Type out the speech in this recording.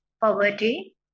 poverty